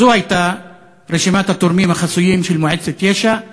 זו הייתה רשימת התורמים החסויים של מועצת יש"ע,